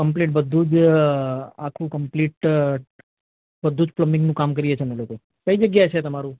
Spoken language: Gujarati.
કંપ્લીટ બધું જ આખું કંપ્લીટ બધું જ પ્લમ્બિંગનું કામ કરીએ છે અમે લોકો કઈ જગ્યાએ છે તમારું